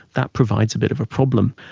that provides a bit of a problem.